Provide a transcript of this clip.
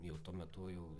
jau tuo metu jau